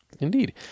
Indeed